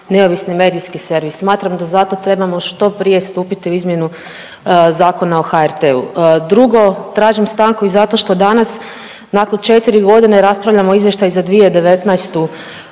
neovisni medijski servis. Smatram da zato trebamo što prije stupiti u izmjenu Zakona o HRT-u. Drugo, tražim stanku i zato što danas nakon 4 godine raspravljamo izvještaj za 2019.